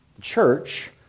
church